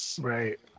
Right